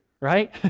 right